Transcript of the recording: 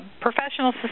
professional